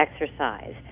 exercise